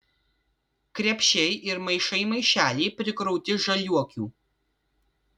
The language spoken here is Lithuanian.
krepšiai ir maišai maišeliai prikrauti žaliuokių